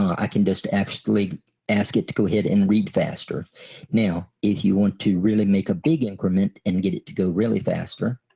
i can just actually ask it to go ahead and read faster now if you want to really make a big increment and get it to go really faster